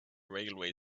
railway